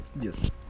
yes